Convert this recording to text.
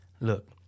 Look